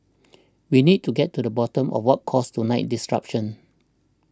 we need to get to the bottom of what caused tonight's distraction